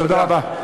תודה רבה.